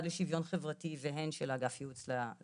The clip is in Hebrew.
של שוויון חברתי והן של אגף של אגף יעוץ לקשיש,